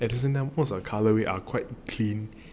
at the same time because the colour is quite clean